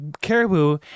caribou